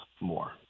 more